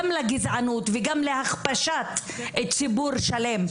גם לגזענות וגם להכפשת ציבור שלם.